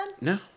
No